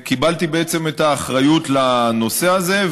קיבלתי את האחריות לנושא הזה,